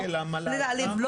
בלי להעליב,